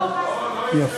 לא, חס